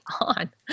on